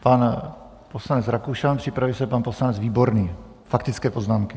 Pan poslanec Rakušan, připraví se pan poslanec Výborný faktické poznámky.